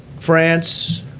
france,